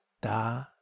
da